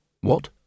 What